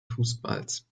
fußballs